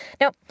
Now